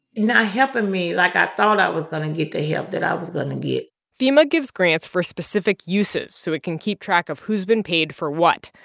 not helping me like i thought i was going to get the help that i was going to get fema gives grants for specific uses so it can keep track of who's been paid for what.